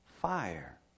fire